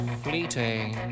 fleeting